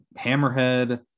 hammerhead